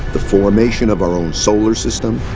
the formation of our own solar system,